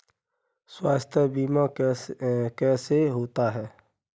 स्वास्थ्य बीमा कैसे होता है?